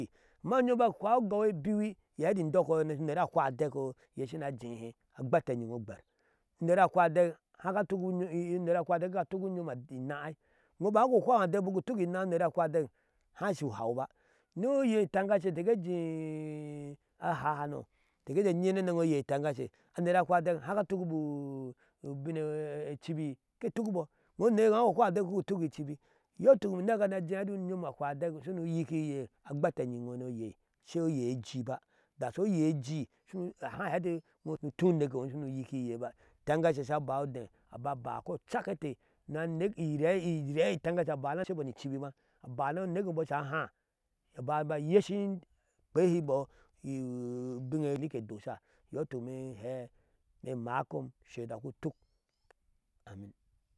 Unyom bik ashwaa ugoi ebin iyee ɛti indoke ashu unerahwaa adɛk oh iye shima jehe, agbetenyi iŋoougber uner ahwa adɛk kika atuk unyom enaa ai, iŋo bik haa ku hwaŋo adɛk iŋ bik utuk inaa imer ahwaa adek haa shu uhaw ba ni oyee e itengashe ke jee ihaahano, inte ke ejee ke nyi ni enɛŋ oyee eitɛnga she, aner ahwa adɛk haa ka atuki bɔ ubin e icibi? Ke tukibɔ iŋo oneke eiyo haa ku hwaŋo adɛk ku utukigo icibi ɛti unyom ahwa adɛk shunu nyicihe iyee agbetenyi injo ni oyei ashei oye aji ba inda sho oyee ejii shunu haa hɛɛ efi iyo je utu uneke eiŋo shu bema ba shu nyikihe iyee ba itenghashe sha ba ude aba bakocak inte ni aneke irei irei itengashe ba ba ashebɔ ni icibi ba, aba ni aneke eimbo sha shoo ahaa, aba ba ayeshin akpehe imbø ubiŋeye nike sodha. iyɔɔ ituk imee in he e imee in ma kon ushe dak utuk amin.